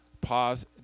pause